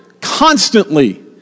constantly